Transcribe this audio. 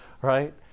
right